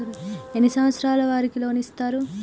ఎన్ని సంవత్సరాల వారికి లోన్ ఇస్తరు?